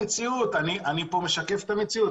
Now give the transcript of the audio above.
אני משקף פה את המציאות,